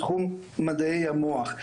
בתחום מדעי המוח.